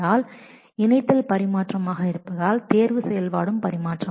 ஏனென்றால் கஞ்சன்க்சன் ஒரு commutative selection relation ஒரு காமுடேட்டிவ்